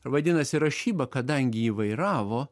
ir vadinasi rašyba kadangi įvairavo